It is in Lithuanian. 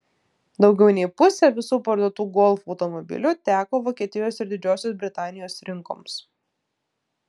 daugiau nei pusė visų parduotų golf automobilių teko vokietijos ir didžiosios britanijos rinkoms